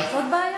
זאת בעיה.